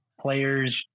players